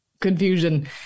confusion